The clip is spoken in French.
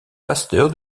pasteur